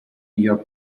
your